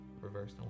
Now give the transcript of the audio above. reverse